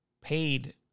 paid